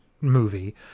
movie